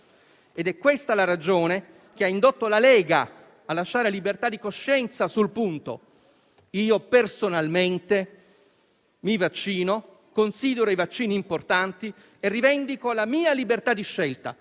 ed è questa la ragione che ha indotto la Lega a lasciare libertà di coscienza sulla questione. Io personalmente mi vaccino, considero i vaccini importanti e rivendico la mia libertà di scelta